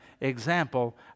example